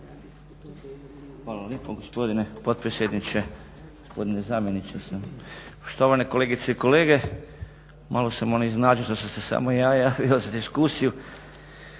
Hvala lijepo gospodine potpredsjedniče, gospodine zamjeniče, štovane kolegice i kolege. Malo sam ono iznenađen što sam se samo ja javio za diskusiju.